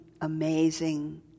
amazing